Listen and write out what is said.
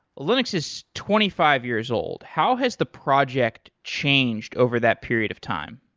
linux is twenty five years old. how has the project changed over that period of time?